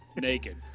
Naked